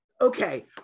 okay